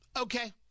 okay